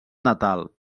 natal